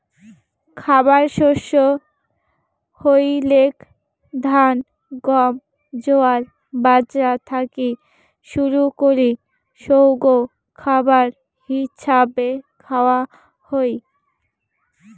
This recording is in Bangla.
খাবার শস্য হইলেক ধান, গম, জোয়ার, বাজরা থাকি শুরু করি সৌগ খাবার হিছাবে খাওয়া হই